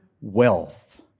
wealth